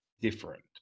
different